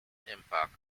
impact